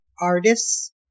artists